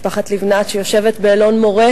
למשפחת לבנת, שיושבת באלון-מורה,